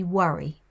worry